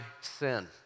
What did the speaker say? sin